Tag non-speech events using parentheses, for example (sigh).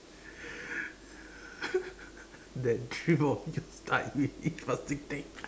(laughs) that dream of yours died with each passing day